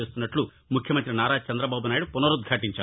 చేస్తున్నట్లు ముఖ్యమంతి నారా చంద్రబాబునాయుడు పునరుద్భాటించారు